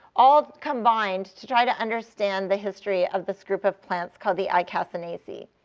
all combined to try to understand the history of this group of plants called the icacinaceae.